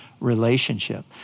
relationship